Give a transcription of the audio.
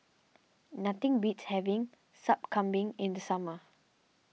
nothing beats having Sup Kambing in the summer